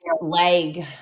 leg